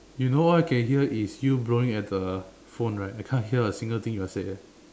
you know I can hear is you blowing at the phone right I can't hear a single thing you just said eh